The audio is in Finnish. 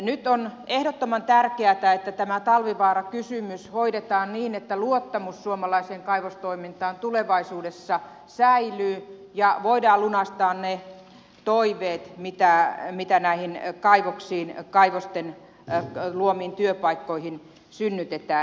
nyt on ehdottoman tärkeätä että tämä talvivaara kysymys hoidetaan niin että luottamus suomalaiseen kaivostoimintaan tulevaisuudessa säilyy ja voidaan lunastaa ne toiveet mitä näiden kaivosten luomiin työpaikkoihin synnytetään